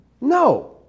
No